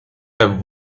have